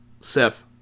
Seth